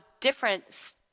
different